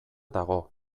dago